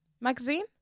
magazine